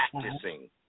practicing